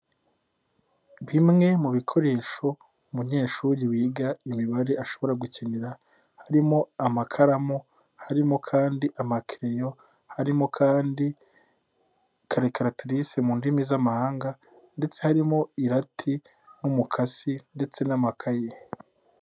Bimwe mu bikoresho, umunyeshuri wiga imibare ashobora gukinira, harimo amakaramu, harimo kandi amakeyo, harimo kandi kalikeratirise mu ndimi z'amahanga ndetse harimo irati n'umukasi ndetse n'amakayi.